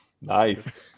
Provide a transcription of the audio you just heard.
Nice